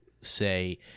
say –